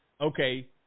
Okay